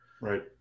Right